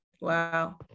Wow